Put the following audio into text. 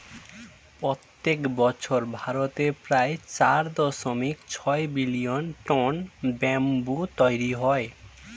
প্রত্যেক বছর ভারতে প্রায় চার দশমিক ছয় মিলিয়ন টন ব্যাম্বু তৈরী হয়